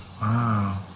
Wow